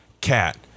Cat